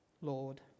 Lord